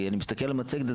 אני מסתכל על המצגת,